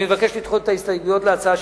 אני מבקש לדחות את ההסתייגויות להצעה,